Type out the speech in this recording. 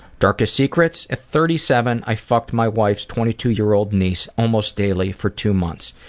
darkest secret? at thirty seven, i fucked my wife's twenty two year old niece almost daily for two months.